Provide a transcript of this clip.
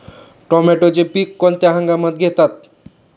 टोमॅटोचे पीक कोणत्या हंगामात घेतात?